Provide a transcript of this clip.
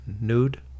nude